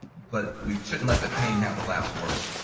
but we shouldn't let the pain have the last word.